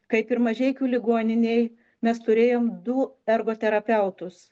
kaip ir mažeikių ligoninėj mes turėjom du ergoterapeutus